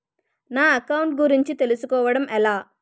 నా అకౌంట్ గురించి తెలుసు కోవడం ఎలా?